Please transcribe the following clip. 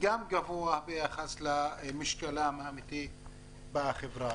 גם גבוה ביחס למשקלם האמיתי בחברה.